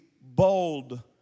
bold